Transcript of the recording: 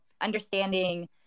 understanding